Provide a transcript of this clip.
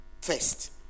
first